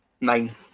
nine